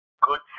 good